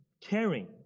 caring